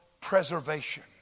preservation